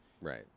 Right